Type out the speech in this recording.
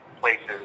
places